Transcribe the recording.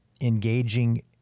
engaging